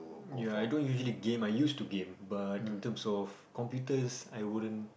I don't usually game I used to game but in terms of computers I wouldn't